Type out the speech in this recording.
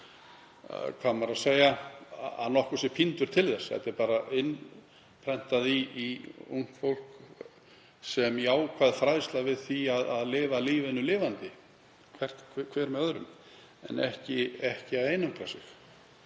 maður að segja, nokkur sé píndur til þess, þetta sé bara innprentað í ungt fólk sem jákvæð fræðsla um að lifa lífinu lifandi, hvert með öðru, en ekki að einangra sig.